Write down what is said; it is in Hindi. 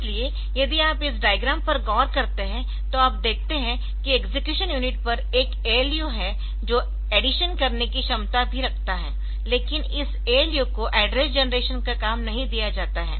इसलिए यदि आप इस डायग्राम पर गौर करते है तो आप देखते है कि एक्सेक्यूशन यूनिट पर एक ALU है जो ऐडिशन करने की क्षमता भी रखता है लेकिन इस ALU को एड्रेस जनरेशन का काम नहीं दिया जाता है